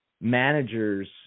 manager's